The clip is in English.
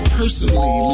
personally